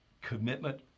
commitment